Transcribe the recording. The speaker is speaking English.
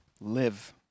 live